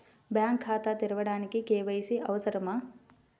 Bank ఖాతా తెరవడానికి KYC అవసరమా?